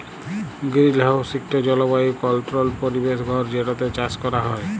greenhouse ইকট জলবায়ু controlled পরিবেশ ঘর যেটতে চাষ ক্যরা হ্যয়